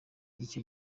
icyo